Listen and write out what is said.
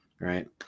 right